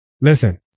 Listen